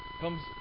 comes